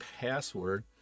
password